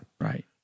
Right